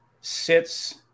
sits